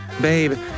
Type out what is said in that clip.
Babe